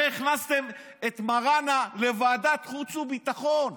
הרי הכנסתם את מראענה לוועדת חוץ וביטחון.